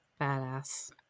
Badass